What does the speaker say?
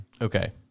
Okay